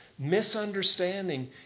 Misunderstanding